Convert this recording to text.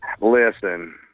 Listen